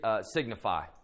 signify